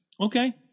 Okay